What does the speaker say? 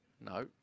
No